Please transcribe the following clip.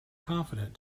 confident